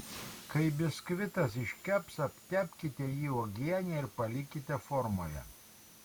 kai biskvitas iškeps aptepkite jį uogiene ir palikite formoje